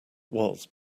was